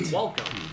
welcome